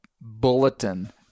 bulletin